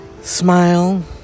smile